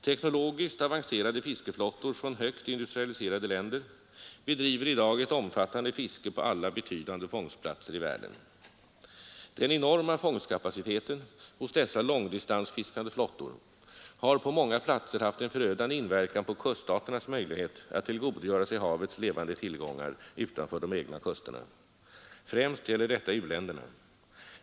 Teknologiskt avancerade fiskeflottor från högt industrialiserade länder bedriver i dag ett omfattande fiske på alla betydande fångstplatser i världen. Den enorma fångstkapaciteten hos dessa långdistansfiskande flottor har på många platser haft en förödande inverkan på kuststaternas möjlighet att tillgodogöra sig havets levande tillgångar utanför de egna kusterna. Främst gäller detta u-länderna.